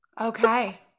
Okay